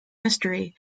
history